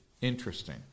Interesting